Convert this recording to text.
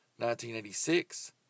1986